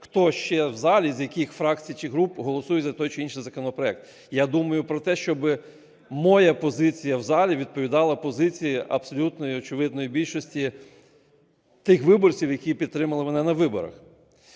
хто ще в залі, з яких фракцій чи груп голосує за той чи інший законопроект. Я думаю про те, щоб моя позиція в залі відповідала позиції абсолютної очевидної більшості тих виборців, які підтримали мене на виборах.